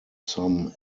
some